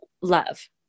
love